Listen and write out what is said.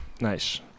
Nice